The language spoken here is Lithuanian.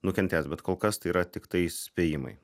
nukentės bet kol kas tai yra tiktai spėjimai